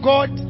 God